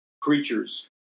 creatures